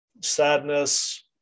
sadness